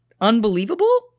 Unbelievable